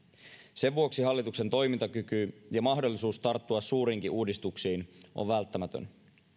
sen vuoksi hallituksen toimintakyky ja mahdollisuus tarttua suuriinkin uudistuksiin on välttämätön